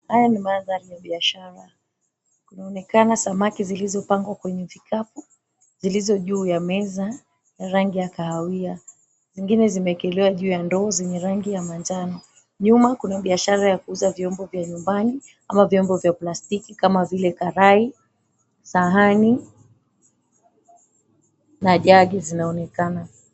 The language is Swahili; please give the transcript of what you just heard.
Haya ni maandhari ya biashara. Kunaonekana samaki zilizopangwa kwenye vikapu, zilizo juu ya meza ya rangi ya kahawia. Zingine zimeekelewa juu ya ndoo zenye rangi ya manjano. Nyuma kuna biashara ya kuuza vyombo vya nyumbani ama vyombo vya plastiki kama vile karai, sahani na jagi zinaonekana.